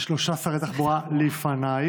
שלושה שרי תחבורה לפנייך.